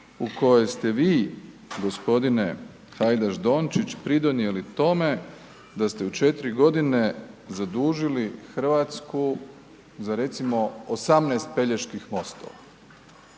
u kojoj ste vi gospodine Hajdaš-Dončić pridonijeli tome da ste u 4 godine zadužili Hrvatsku za recimo 18 Peljeških mostova,